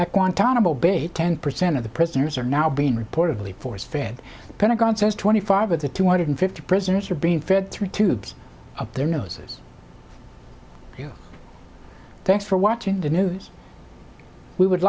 at guantanamo bay ten percent of the prisoners are now being reportedly force fed the pentagon says twenty five of the two hundred fifty prisoners are being fed through tubes up their noses thanks for watching the news we would